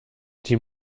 die